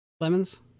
Lemons